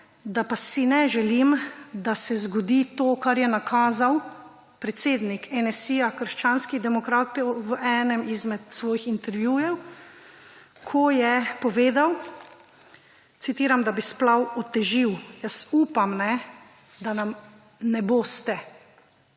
da pa si ne želim, da se zgodi to, kar je nakazal predsednik NSi – krščanskih demokratov v enem od svojih intervjujev, ko je povedal, citiram, »da bi splav otežil«. Jaz upam, da nam ne boste